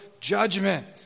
judgment